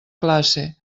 classe